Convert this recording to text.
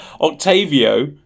Octavio